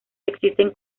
existen